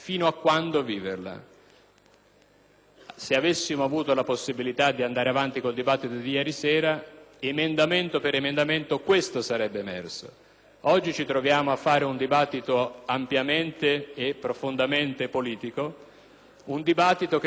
Se avessimo avuto la possibilità di andare avanti con il dibattito di ieri sera, emendamento per emendamento, questo sarebbe emerso. Oggi ci troviamo ad affrontare un dibattito ampiamente e profondamente politico, un dibattito che credo dobbiamo a